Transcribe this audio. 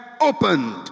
opened